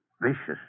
Vicious